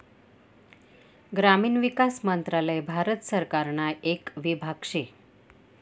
ग्रामीण विकास मंत्रालय भारत सरकारना येक विभाग शे